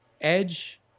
Edge